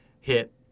hit